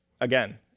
again